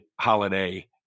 holiday